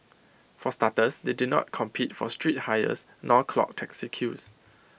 for starters they do not compete for street hires nor clog taxi queues